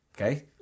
Okay